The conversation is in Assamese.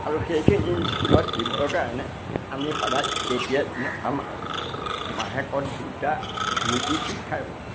আৰু সেইখিনি স্কুলত দিবৰ কাৰণে আমি সদায় তেতিয়া দিনত আমাৰ মাহেকত দুটা নীতি শিক্ষাৰ